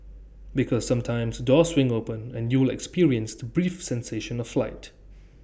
because sometimes doors swing open and you'll experience to brief sensation of flight